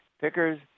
pickers